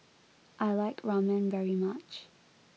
I like Ramen very much